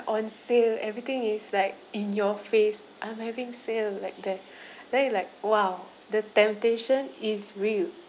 on sale everything is like in your face I'm having sale like that very like !wow! the temptation is real